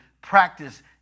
practice